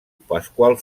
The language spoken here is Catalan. pasqual